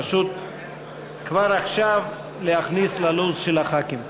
פשוט כבר עכשיו להכניס ללו"ז של חברי הכנסת.